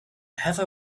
heather